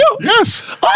Yes